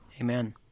Amen